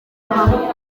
hamwe